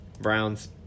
Browns